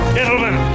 Gentlemen